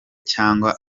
cyangwa